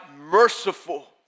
merciful